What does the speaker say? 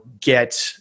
get